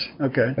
Okay